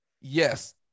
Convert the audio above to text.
yes